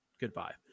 Goodbye